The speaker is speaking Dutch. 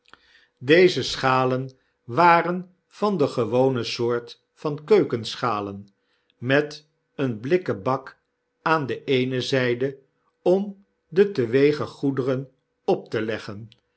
deze schalen waren van de gewone soort van keukenschalen met een blikken bak aan de eene zyde om de te wegen goederen op te leggen